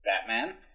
Batman